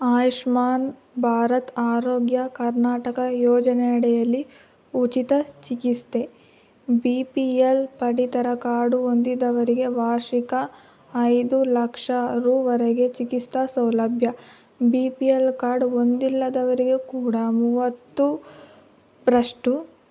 ಆಯುಷ್ಮಾನ್ ಭಾರತ್ ಆರೋಗ್ಯ ಕರ್ನಾಟಕ ಯೋಜನೆ ಅಡಿಯಲ್ಲಿ ಉಚಿತ ಚಿಕಿತ್ಸೆ ಬಿ ಪಿ ಎಲ್ ಪಡಿತರ ಕಾರ್ಡು ಹೊಂದಿದವರಿಗೆ ವಾರ್ಷಿಕ ಐದು ಲಕ್ಷ ರೂ ರೆಗೆ ಚಿಕಿತ್ಸಾ ಸೌಲಭ್ಯ ಬಿ ಪಿ ಎಲ್ ಕಾರ್ಡು ಹೊಂದಿಲ್ಲದವರಿಗೆ ಕೂಡ ಮೂವತ್ತರಷ್ಟು